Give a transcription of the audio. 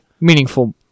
Meaningful